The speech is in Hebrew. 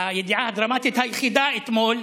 הידיעה הדרמטית היחידה אתמול,